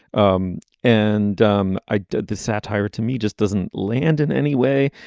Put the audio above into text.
um and um i did the satire to me just doesn't land in any way.